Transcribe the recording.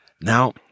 Now